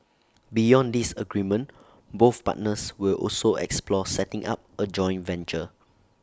beyond this agreement both partners will also explore setting up A joint venture